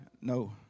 No